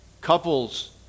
Couples